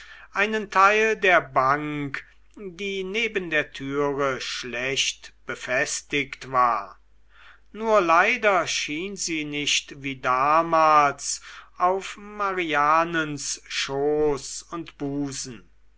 einen teil der bank die neben der türe schlecht befestigt war nur leider schien sie nicht wie damals auf marianens schoß und busen